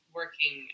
working